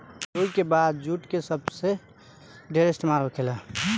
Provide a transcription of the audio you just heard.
रुई के बाद जुट के सबसे ढेर इस्तेमाल होखेला